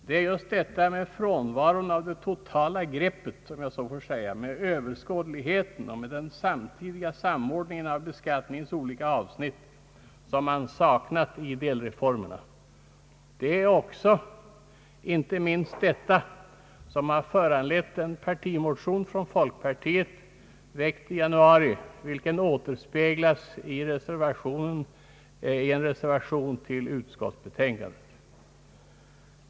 Det är just det totala greppet, om jag så får säga, överskådligheten och den samtidiga samordningen med beskattningens olika avsnitt som man saknar i delreformerna. Det är inte minst detta som har föranlett en partimotion, väckt av folkpartiet i januari och återspeglad i en reservation till utskottsbetänkandet.